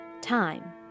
Time